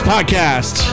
Podcast